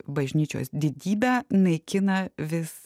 bažnyčios didybę naikina vis